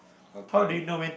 okay